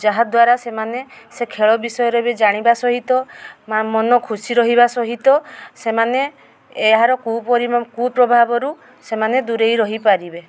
ଯାହାଦ୍ୱାରା ସେମାନେ ସେ ଖେଳ ବିଷୟରେ ବି ଜାଣିବା ସହିତ ବା ମନ ଖୁସି ରହିବା ସହିତ ସେମାନେ ଏହାର କୁପ୍ରଭାବରୁ ସେମାନେ ଦୂରେଇ ରହିପାରିବେ